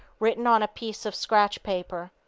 written on a piece of scratch paper.